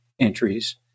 entries